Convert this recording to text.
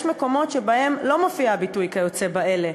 יש מקומות שבהם לא מופיע הביטוי "כיוצא באלה".